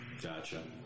Gotcha